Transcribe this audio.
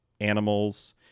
animals